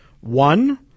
One